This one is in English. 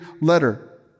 letter